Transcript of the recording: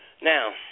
Now